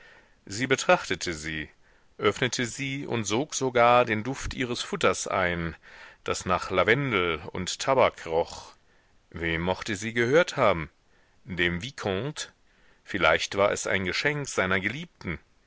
sie betrachtete sie öffnete sie und sog sogar den duft ihres futters ein das nach lavendel und tabak roch wem mochte sie gehört haben dem vicomte vielleicht war es ein geschenk seiner geliebten